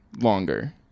longer